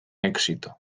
éxito